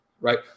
right